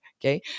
Okay